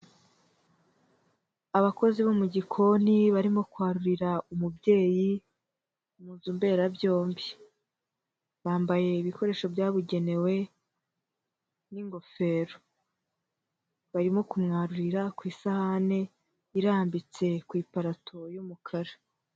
Abakozi bo mu gikoni barimo kwarurira umubyeyi mu nzu mberabyombi, bambaye ibikoresho byabugenewe nk'ingofero, barimo kumwarurira ku isahani irambitse ku iparato y'umukara.